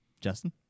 Justin